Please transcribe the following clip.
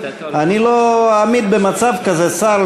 לא אעמיד במצב כזה שר,